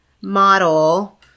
model